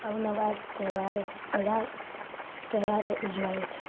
અવનવા તહેવારો બધા તહેવારો ઉજવાય છે